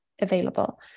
available